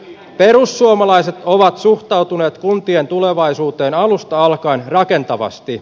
perussuomalaiset ovat suhtautuneet kuntien tulevaisuuteen alusta alkaen rakentavasti